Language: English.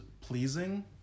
pleasing